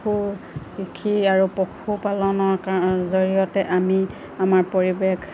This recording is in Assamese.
পশু কৃষি আৰু পশুপালনৰ কা জৰিয়তে আমি আমাৰ পৰিৱেশ